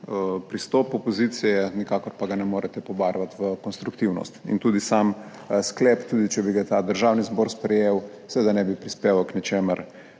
pristop opozicije, nikakor pa ga ne morete pobarvati v konstruktivnost. In tudi sam sklep, tudi če bi ga Državni zbor sprejel, seveda ne bi prispeval k ničemur